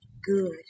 Good